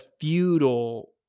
feudal